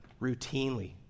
routinely